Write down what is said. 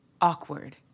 awkward